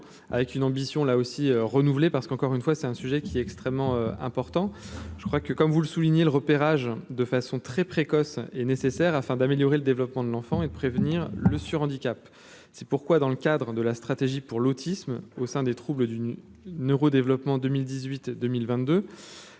avec une ambition là aussi renouveler parce qu'encore une fois, c'est un sujet qui est extrêmement important, je crois que, comme vous le soulignez le repérage de façon très précoce est nécessaire afin d'améliorer le développement de l'enfant et de prévenir le sur-handicap c'est pourquoi dans le cadre de la stratégie pour l'autisme au sein des troubles du neuro-développement 2018, 2022,